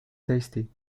tasty